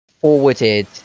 forwarded